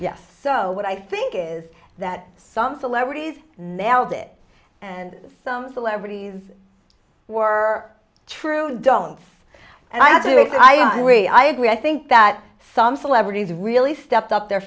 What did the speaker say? yes so what i think is that some celebrities nels it and some celebrities were true don'ts and i do think i agree i agree i think that some celebrities really stepped up their